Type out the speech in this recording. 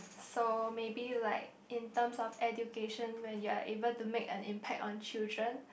so maybe like in terms of education when you are able to make an impact on children